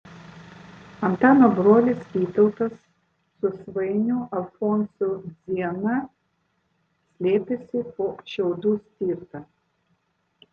antano brolis vytautas su svainiu alfonsu dziena slėpėsi po šiaudų stirta